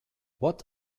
what